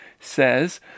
says